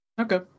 Okay